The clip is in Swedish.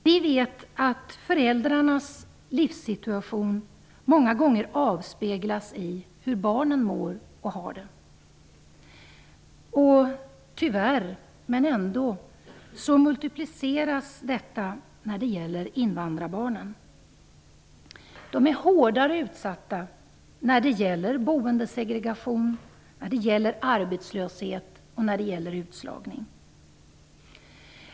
Vi vet att föräldrarnas livssituation många gånger avspeglas i hur barnen mår och har det. Tyvärr multipliceras detta när det gäller invandrarbarnen. De är hårdare utsatta när det gäller boendesegregation, arbetslöshet och utslagning.